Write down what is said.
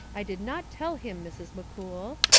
i did not tell him, mrs. mccool.